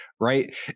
right